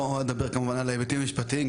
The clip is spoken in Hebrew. המטרה המרכזית שלנו היא